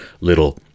little